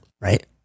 Right